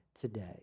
today